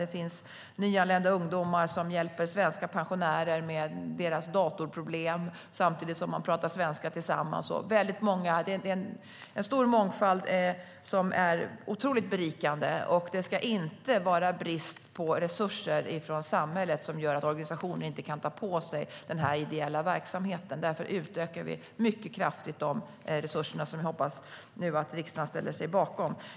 Det finns nyanlända ungdomar som hjälper svenska pensionärer med deras datorproblem samtidigt som de pratar svenska med varandra. Det finns en stor mångfald som är otroligt berikande. Och det ska inte vara brist på resurser från samhället som gör att organisationer inte kan ta på sig denna ideella verksamhet. Därför utökar vi mycket kraftigt dessa resurser, och vi hoppas att riksdagen ställer sig bakom det.